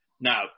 Now